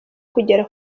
kugera